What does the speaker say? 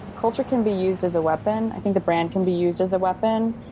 culture can be used as a weapon. i think the brand can be used as a weapon.